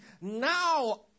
Now